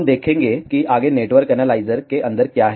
हम देखेंगे कि आगे नेटवर्क एनालाइजर के अंदर क्या है